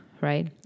right